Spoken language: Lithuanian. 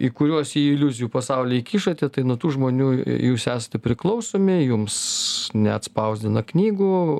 į kuriuos į jų iliuzijų pasaulį kišate tai nuo tų žmonių jūs esate priklausomi jums neatspausdina knygų